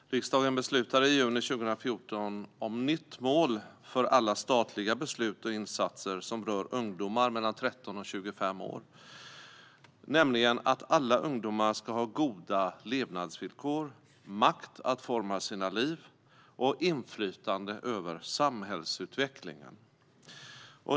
Riksdagen beslutade i juni 2014 om ett nytt mål för alla statliga beslut och insatser som rör ungdomar mellan 13 och 25 år, nämligen att alla ungdomar ska ha goda levnadsvillkor, makt att forma sina liv och inflytande över samhällsutvecklingen.